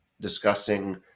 discussing